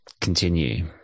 continue